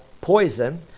poison